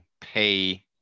pay